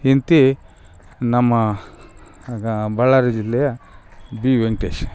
ಇಂತಿ ನಮ್ಮ ಬಳ್ಳಾರಿ ಜಿಲ್ಲೆಯ ಬಿ ವೆಂಕಟೇಶ್